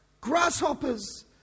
grasshoppers